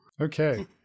Okay